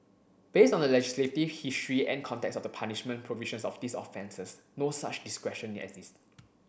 based on the legislative history and context of the punishment provisions of these offences no such discretion exists